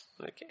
Okay